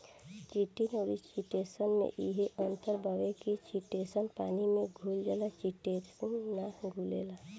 chitin अउरी chitosan में इहे अंतर बावे की चिटोसन पानी में घुल जाला चिटिन ना घुलेला